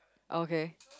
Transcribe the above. okay